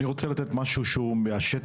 אני רוצה לתת משהו שהוא מהשטח.